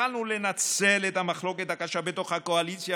יכולנו לנצל את המחלוקת הקשה בתוך הקואליציה,